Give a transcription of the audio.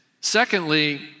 Secondly